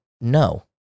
no